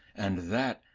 and that,